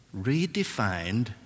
redefined